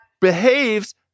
behaves